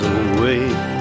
away